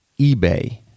eBay